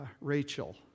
Rachel